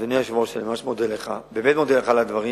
אדוני היושב-ראש, אני באמת מודה לך על הדברים.